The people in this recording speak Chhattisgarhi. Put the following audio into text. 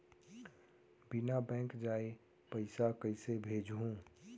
बिना बैंक जाये पइसा कइसे भेजहूँ?